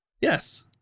Yes